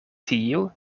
tiu